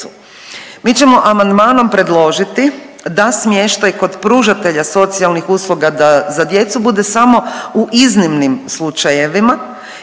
Mi ćemo amandmanom predložiti da smještaj kod pružatelja socijalnih usluga za djecu bude smo u iznimnim slučajevima